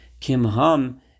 Kimham